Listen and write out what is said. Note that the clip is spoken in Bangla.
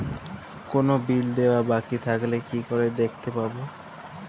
কোনো বিল দেওয়া বাকী থাকলে কি করে দেখতে পাবো?